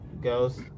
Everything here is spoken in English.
Ghost